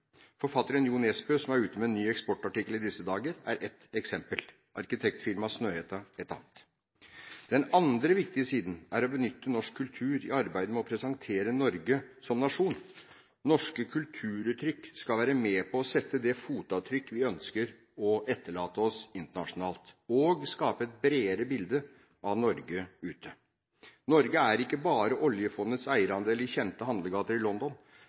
Forfatteren Jo Nesbø, som er ute med en ny eksportartikkel i disse dager, er ett eksempel, arkitektfirmaet Snøhetta et annet. Den andre viktige siden er å benytte norsk kultur i arbeidet med å presentere Norge som nasjon. Norske kulturuttrykk skal være med på å sette det fotavtrykk vi ønsker å etterlate oss internasjonalt og skape et bredere bilde av Norge ute. Norge er ikke bare oljefondets eierandel i kjente handlegater i London.